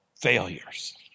failures